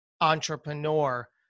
entrepreneur